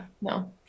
no